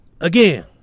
again